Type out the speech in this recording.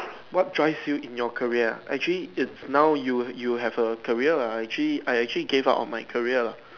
what drives you in your career actually it's now you you have a career ah I actually I actually gave up on my career